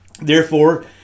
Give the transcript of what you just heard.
Therefore